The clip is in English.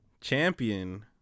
Champion